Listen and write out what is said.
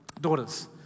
daughters